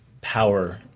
power